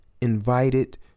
invited